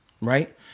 Right